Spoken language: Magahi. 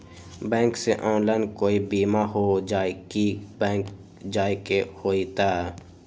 बैंक से ऑनलाइन कोई बिमा हो जाई कि बैंक जाए के होई त?